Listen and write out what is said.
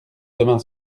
demain